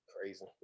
Crazy